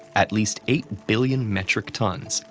at least eight billion metric tons,